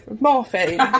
Morphine